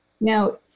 Now